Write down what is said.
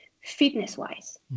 fitness-wise